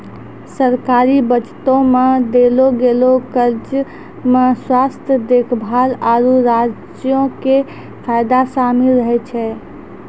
सरकारी बजटो मे देलो गेलो खर्चा मे स्वास्थ्य देखभाल, आरु राज्यो के फायदा शामिल रहै छै